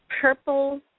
purple